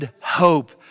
hope